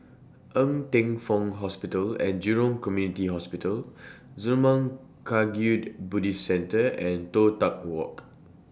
Ng Teng Fong Hospital and Jurong Community Hospital Zurmang Kagyud Buddhist Centre and Toh Tuck Walk